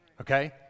okay